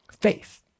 faith